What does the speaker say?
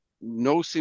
no